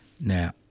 Now